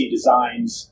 Designs